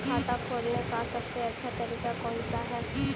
खाता खोलने का सबसे अच्छा तरीका कौन सा है?